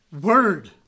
word